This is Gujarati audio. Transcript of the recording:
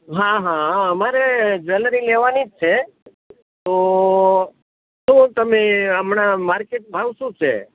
હ હ અમારે જ્વેલરી લેવાની જ છે તો શું તમે હમણાં માર્કેટ ભાવ શું છે